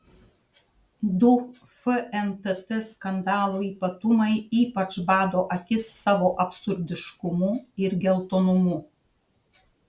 du fntt skandalo ypatumai ypač bado akis savo absurdiškumu ir geltonumu